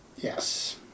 Yes